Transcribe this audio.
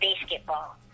basketball